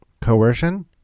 coercion